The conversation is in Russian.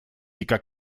себя